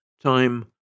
Time